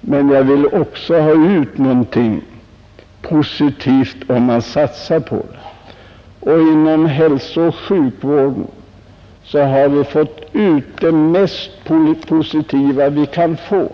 men jag vill också ha ut någonting positivt av de pengar man satsar. Inom hälsooch sjukvården har vi fått ut det mest positiva vi kan få.